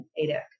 ADEC